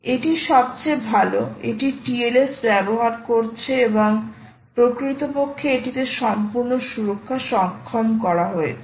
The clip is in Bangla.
এটি সবচেয়ে ভাল এটি TLS ব্যবহার করছে এবং প্রকৃতপক্ষে এটিতে সম্পূর্ণ সুরক্ষা সক্ষম করা হয়েছে